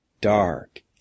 dark